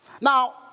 now